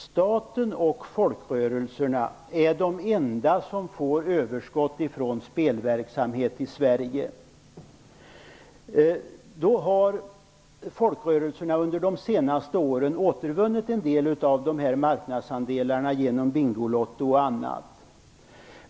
Staten och folkrörelserna är de enda som får överskott från spelverksamhet i Sverige. Folkrörelserna har under de senaste åren återvunnit en del av marknadsandelarna genom Bingolotto och annat sådant.